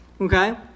Okay